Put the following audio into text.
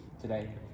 today